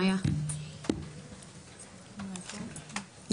מאיה לא פה?